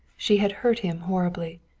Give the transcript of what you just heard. she had hurt him horribly.